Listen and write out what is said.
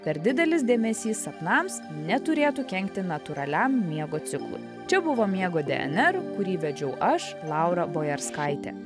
per didelis dėmesys sapnams neturėtų kenkti natūraliam miego ciklui čia buvo miego dnr kurį vedžiau aš laura boerskaitė